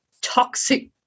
toxic